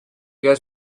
guys